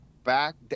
back